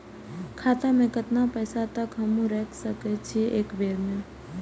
खाता में केतना पैसा तक हमू रख सकी छी एक बेर में?